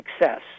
success